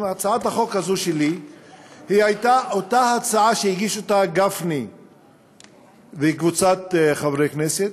הצעת החוק הזו שלי הייתה אותה הצעה שהגישו גפני וקבוצת חברי הכנסת,